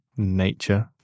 Nature